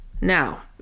now